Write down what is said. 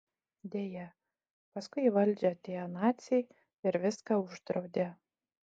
deja paskui į valdžią atėjo naciai ir viską uždraudė